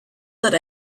that